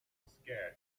wasted